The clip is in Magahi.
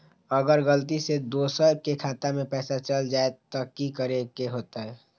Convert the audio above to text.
अगर गलती से दोसर के खाता में पैसा चल जताय त की करे के होतय?